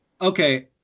Okay